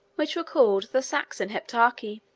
which were called the saxon heptarchy.